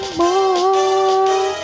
more